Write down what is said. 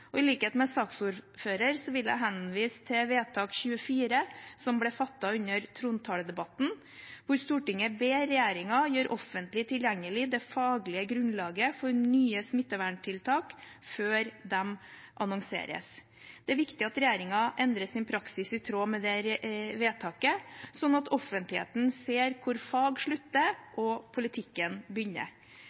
I likhet med saksordføreren vil jeg henvise til vedtak 24, som ble fattet under trontaledebatten, hvor det står: «Stortinget ber regjeringen gjøre offentlig tilgjengelig det faglige grunnlaget for nye smitteverntiltak før de annonseres.» Det er viktig at regjeringen endrer sin praksis i tråd med det vedtaket, sånn at offentligheten ser hvor fag slutter og politikken begynner.